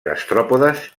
gastròpodes